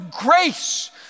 grace